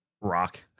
rock